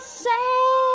say